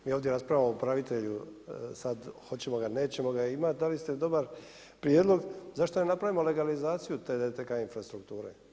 Mi ovdje raspravljamo o upravitelju sad, hoćemo, nećemo ga, dali ste dobar prijedlog, zašto ne napravimo legalizaciju te DTK infrastrukture?